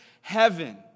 heaven